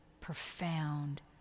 profound